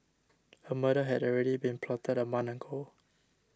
a murder had already been plotted a month ago